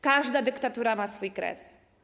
Każda dyktatura ma swój kres.